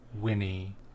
Winnie